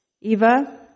Eva